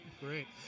great